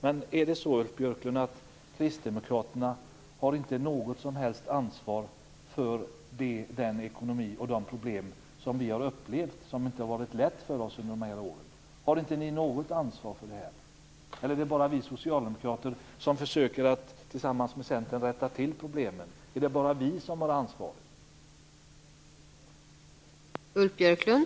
Men jag vill ändå fråga Ulf Björklund om inte Kristdemokraterna har något som helst ansvar för den ekonomi och de problem vi har upplevt i Sverige och som inte har varit lätt för oss under de här åren. Har inte Kristdemokraterna något ansvar för detta, eller är det bara Socialdemokraterna - som tillsammans med Centern försöker rätta till problemen - som har ansvaret?